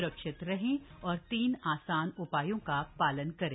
स्रक्षित रहें और तीन आसान उपायों का पालन करें